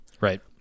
Right